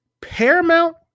Paramount